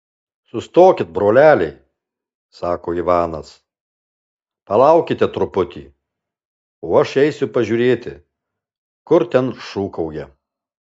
sustokit broleliai sako ivanas palaukite truputį o aš eisiu pažiūrėti kur ten šūkauja